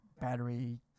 battery